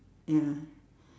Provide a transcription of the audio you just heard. ya